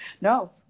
no